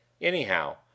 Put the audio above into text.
anyhow